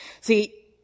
See